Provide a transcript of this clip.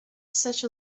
such